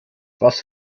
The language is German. was